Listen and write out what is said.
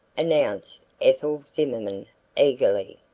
announced ethel zimmerman eagerly.